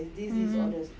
mm mm